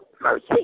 mercy